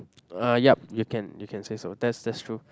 uh yup you can you can say so that's that's true